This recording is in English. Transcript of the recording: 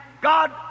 God